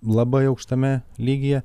labai aukštame lygyje